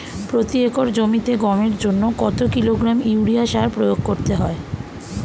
প্রতি একর জমিতে গমের জন্য কত কিলোগ্রাম ইউরিয়া সার প্রয়োগ করতে হয়?